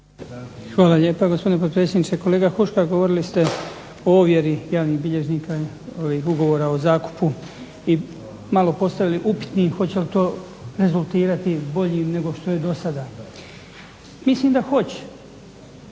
Hvala lijepa gospodine potpredsjedniče. Kolega Huška govorili ste o ovjeri javnih bilježnika ovih ugovora o zakupu i malo postavili upitnik hoće li to rezultirati boljim nego što je dosada. Mislim da hoće.